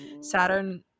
Saturn